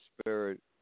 Spirit